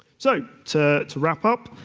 so, to to wrap up,